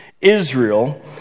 Israel